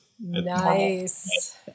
nice